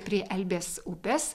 prie elbės upės